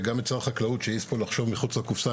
וגם את שר החקלאות שהעז פה לחשוב מחוץ לקופסא,